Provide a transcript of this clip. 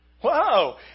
Whoa